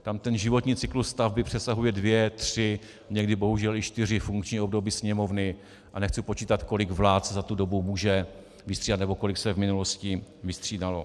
Tam ten životní cyklus stavby přesahuje dvě, tři, někdy bohužel i čtyři funkční období Sněmovny a nechci počítat, kolik vlád se za tu dobu může vystřídat nebo kolik se v minulosti vystřídalo.